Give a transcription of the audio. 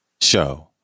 Show